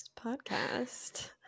podcast